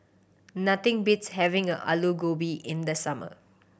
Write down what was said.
nothing beats having a Alu Gobi in the summer